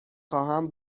خواهم